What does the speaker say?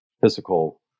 physical